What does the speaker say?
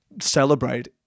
celebrate